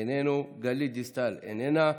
איננו, גלית דיסטל, איננה.